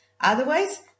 Otherwise